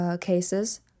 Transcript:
cases